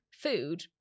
Food